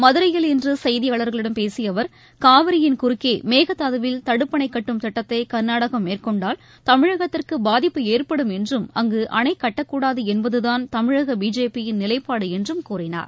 மதுரையில் இன்று செய்தியாளர்களிடம் பேசிய அவர் காவிரியின் குறுக்கே மேகதாதுவில் தடுப்பணை கட்டும் திட்டத்தை கர்நாடகம் மேற்கொண்டால் தமிழகத்திற்கு பாதிப்பு ஏற்படும் என்றும் அங்கு அணை கட்டக்கூடாது என்பது தான் தமிழக பிஜேபியின் நிலைப்பாடு என்றும் கூறினார்